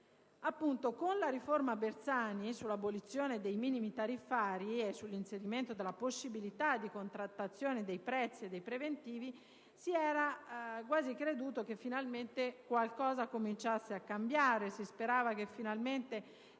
Con la riforma Bersani sull'abolizione dei minimi tariffari e sull'inserimento della possibilità di contrattazione di prezzi e preventivi, si era quasi creduto che finalmente qualcosa cominciasse a cambiare.